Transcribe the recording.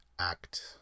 Act